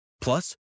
Plus